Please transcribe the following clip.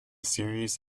series